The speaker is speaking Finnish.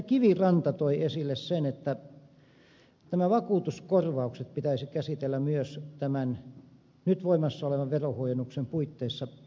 kiviranta toi esille sen että nämä vakuutuskorvaukset pitäisi käsitellä myös tämän nyt voimassa olevan verohuojennuksen puitteissa